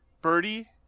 birdie